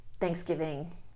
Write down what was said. Thanksgiving